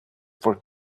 for